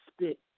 spit